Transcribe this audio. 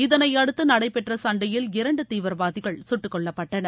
இதனை அடுத்து நடைபெற்ற சண்டையில் இரண்டு தீவிரவாதிகள் சுட்டுக்கொல்லப்பட்டனர்